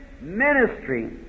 ministry